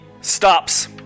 stops